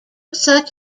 such